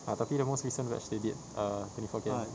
ah tapi the most recent batch they did err twenty four K_M